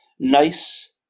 nice